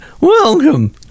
Welcome